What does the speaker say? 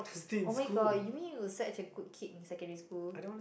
oh-my-god you mean you were such a good kid in secondary school